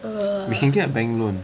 we can get a bank loan